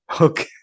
Okay